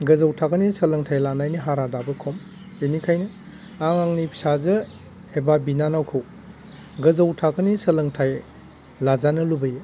गोजौ थाखोनि सोलोंथाइ लानायनि हारआ दाबो खम बेनिखायनो आं आंनि फिसाजो एबा बिनानावखौ गोजौ थाखोनि सोलोंथाइ लाजानो लुबैयो